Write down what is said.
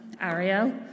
Ariel